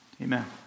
Amen